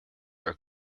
are